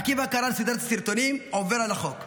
עקיבא קרא לסדרת הסרטונים "עובר על החוק".